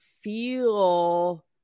feel